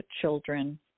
children